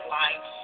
life